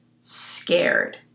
scared